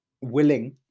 willing